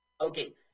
Okay